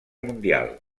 mundial